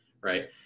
right